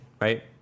right